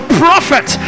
prophet